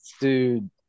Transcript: dude